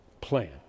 plan